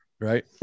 right